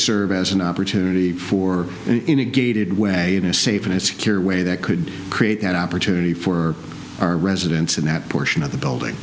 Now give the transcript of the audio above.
serve as an opportunity for in a gated way in a safe and secure way that could create that opportunity for our residents in that portion of the building